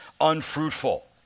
unfruitful